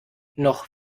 noch